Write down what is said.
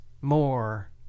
more